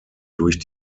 durch